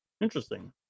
Interesting